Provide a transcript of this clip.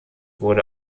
wurde